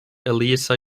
eliza